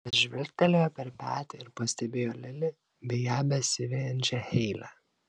jis žvilgtelėjo per petį ir pastebėjo lili bei ją besivejančią heilę